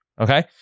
Okay